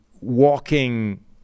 walking